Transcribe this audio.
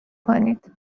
کنید